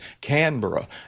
Canberra